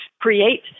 create